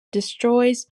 destroys